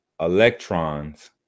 electrons